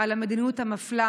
על המדיניות המפלה.